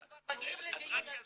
אם כבר מגיעים לדיון,